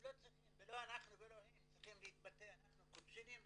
לא אנחנו ולא הם צריכים להתבטא, אנחנו קוצ'ינים.